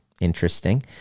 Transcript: Interesting